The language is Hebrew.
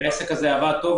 העסק הזה עבד טוב,